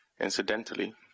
Incidentally